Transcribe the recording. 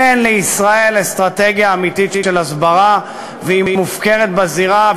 אין לישראל אסטרטגיה אמיתית של הסברה והיא מופקרת לזירה.